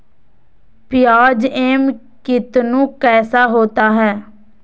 प्याज एम कितनु कैसा होता है?